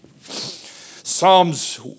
Psalms